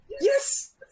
yes